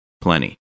Plenty